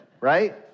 Right